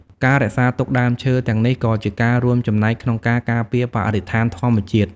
ការរក្សាទុកដើមឈើទាំងនេះក៏ជាការរួមចំណែកក្នុងការការពារបរិស្ថានធម្មជាតិ។